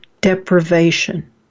deprivation